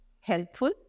helpful